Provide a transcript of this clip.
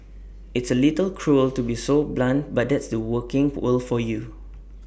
it's A little cruel to be so blunt but that's the working world for you